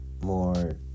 more